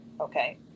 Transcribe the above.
okay